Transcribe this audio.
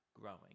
Growing